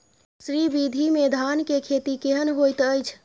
श्री विधी में धान के खेती केहन होयत अछि?